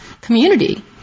community